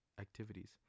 activities